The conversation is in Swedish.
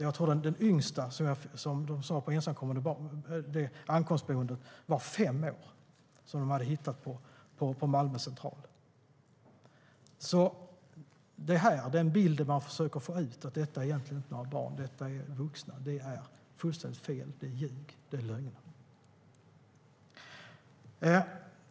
Jag tror att de sa på ankomstboendet att det yngsta ensamkommande barnet, som de hade hittat på Malmö central, var fem år. Bilden man försöker få ut, att detta egentligen inte är några barn, att detta är vuxna, är alltså fullständigt felaktig. Det är ljug. Det är lögner.